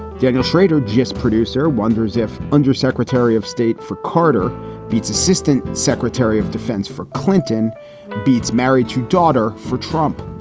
daniel shrader, just producer, wonders if undersecretary of state for carter beats, assistant secretary of defense for clinton beats married to daughter for trump.